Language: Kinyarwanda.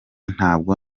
ntabwo